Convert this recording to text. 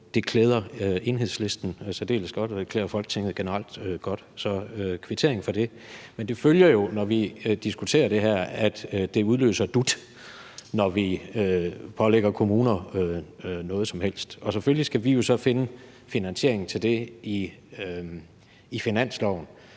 Det klæder Enhedslisten særdeles godt, og det klæder Folketinget generelt godt – så en kvittering for det. Men det følger jo, når vi diskuterer det her, at det udløser dut – det gør det, når vi pålægger kommuner noget som helst. Og selvfølgelig skal vi jo så finde finansieringen til det i finansloven.